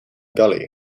gully